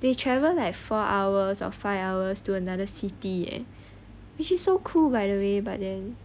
they travel like four hours of five hours to another city eh which is so cool by the way but then